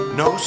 no